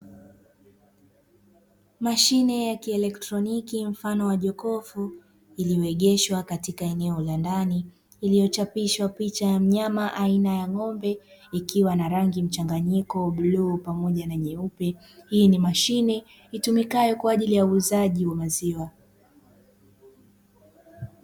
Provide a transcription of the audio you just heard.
Mashine ya kielektroniki mfano wa jokofu, lililoegeshwa katika eneo la ndani, lililochapishwa picha ya mnyama aina ya ng'ombe; ikiwa na rangi mchanganyiko bluu pamoja na nyeupe. Hii ni mashine itumikayo kwa ajili ya uuzaji wa maziwa.